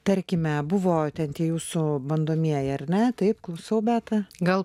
tarkime buvote tie jūsų bandomieji ar ne taip klausau beta gal